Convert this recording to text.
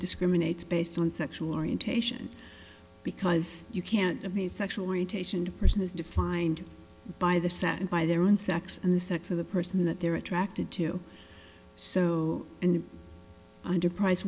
discriminates based on sexual orientation because you can't have the sexual orientation the person is defined by the senate by their own sex and the sex of the person that they're attracted to so and under price